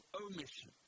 omission